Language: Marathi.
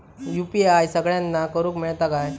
यू.पी.आय सगळ्यांना करुक मेलता काय?